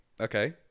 Okay